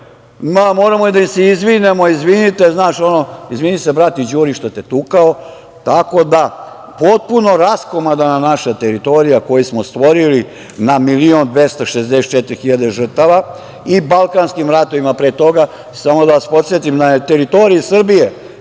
Moramo da im se izvinimo, izvinite, znaš ono, izvini se bratu Đuri što te tukao. Tako da, potpuno raskomadana naša teritorija koju smo stvorili na 1,264 miliona žrtava, i Balkanskim ratovima pre toga, samo da vas podsetim, na teritoriji Srbije,